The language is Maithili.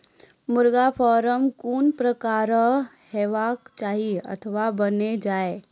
मुर्गा फार्म कून प्रकारक हेवाक चाही अथवा बनेल जाये?